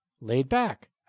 Laid-back